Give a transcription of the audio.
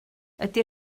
ydy